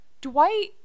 Dwight